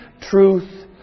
truth